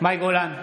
מאי גולן,